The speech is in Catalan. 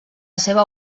seva